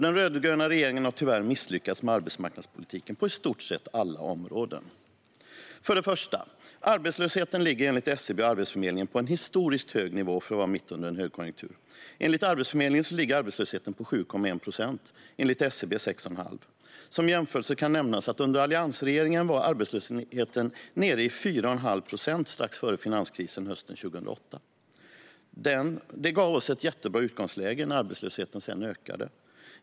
Den rödgröna regeringen har tyvärr misslyckats med arbetsmarknadspolitiken på i stort sett alla områden. För det första: Arbetslösheten ligger enligt SCB och Arbetsförmedlingen på en historiskt hög nivå för att vara mitt under en högkonjunktur. Enligt Arbetsförmedlingen ligger arbetslösheten på 7,1 procent och enligt SCB på 6,5 procent. Som jämförelse kan nämnas att under alliansregeringen var arbetslösheten nere i 4,5 procent strax före finanskrisen hösten 2008. Det gav oss ett jättebra utgångsläge när arbetslösheten sedan ökade.